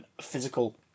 physical